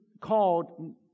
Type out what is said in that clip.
called